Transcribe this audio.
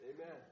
Amen